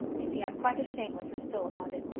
you see i'm quite as shameless as phil about it.